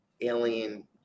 alien